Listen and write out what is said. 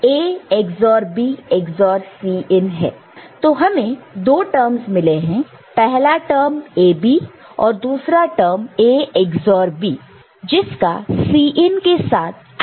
तो हमें दो टर्मस मिले हैं पहला टर्म A B और दूसरा टर्म A XOR B जिसको Cin से AND किया है